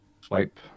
Swipe